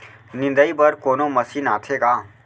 निंदाई बर कोनो मशीन आथे का?